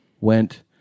went